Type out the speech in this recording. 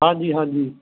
ਹਾਂਜੀ ਹਾਂਜੀ